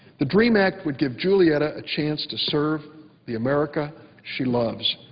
the dream act would give julietta a chance to serve the america she loves,